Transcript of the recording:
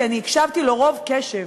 כי אני הקשבתי לו רוב קשב,